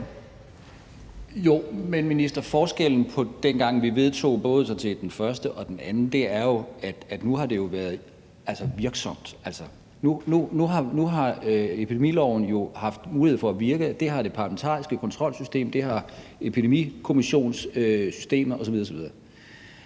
Jo, men, minister, forskellen til dengang, vi vedtog både det første og det andet, er jo, at det nu har været virksomt, altså at epidemiloven nu har haft mulighed for at virke, og det har det parlamentariske kontrolsystem, og det har Epidemikommissionssystemet osv.